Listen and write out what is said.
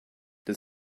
does